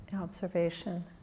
observation